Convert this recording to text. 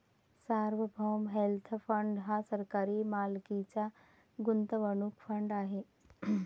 सार्वभौम wealth fund हा सरकारी मालकीचा गुंतवणूक फंड आहे